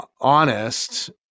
honest